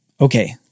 Okay